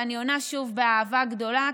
ואני עונה שוב באהבה גדולה,